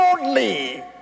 boldly